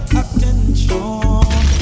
attention